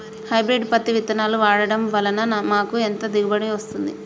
Hybrid పత్తి విత్తనాలు వాడడం వలన మాకు ఎంత దిగుమతి వస్తుంది?